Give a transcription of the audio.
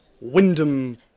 Wyndham